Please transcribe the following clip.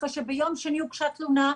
אחרי שביום שני הוגשה תלונה.